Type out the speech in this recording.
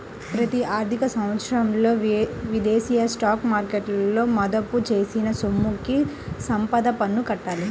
ప్రతి ఆర్థిక సంవత్సరంలో విదేశీ స్టాక్ మార్కెట్లలో మదుపు చేసిన సొమ్ముకి సంపద పన్ను కట్టాలి